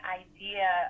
idea